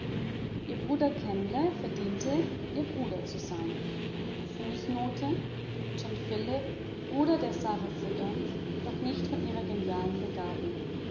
ihr bruder kemble verdiente ihr bruder zu sein fußnote john philipp bruder der sarah siddons doch nicht von ihrer genialen